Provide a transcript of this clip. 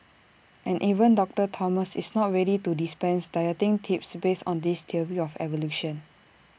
and even doctor Thomas is not ready to dispense dieting tips based on this theory of evolution